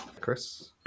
chris